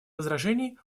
возражений